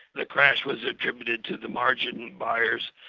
the crash was attributed to the margin buyers.